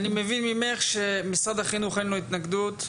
אני מבין ממך שמשרד החינוך אין לו התנגדות,